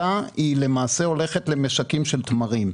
הולכת למשקים של תמרים.